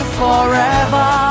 forever